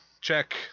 Check